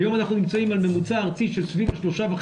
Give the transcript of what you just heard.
והיום אנחנו נמצאים על ממוצע ארצי של סביב ה-3.5%,